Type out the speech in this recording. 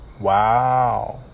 Wow